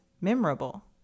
memorable